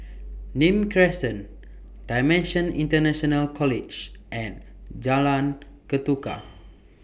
Nim Crescent DImensions International College and Jalan Ketuka